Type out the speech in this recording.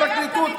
הפרקליטות,